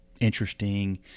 interesting